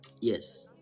Yes